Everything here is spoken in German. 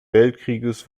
weltkrieges